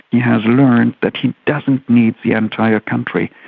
he has learned that he doesn't need the entire country.